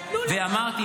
אמרתי,